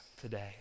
today